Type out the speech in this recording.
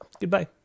goodbye